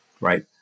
right